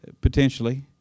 potentially